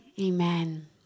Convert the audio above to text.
Amen